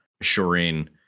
assuring